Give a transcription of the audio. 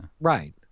Right